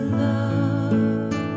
love